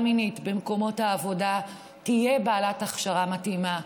מינית במקומות העבודה תהיה בעלת הכשרה מתאימה.